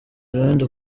irondo